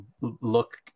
look